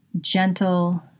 gentle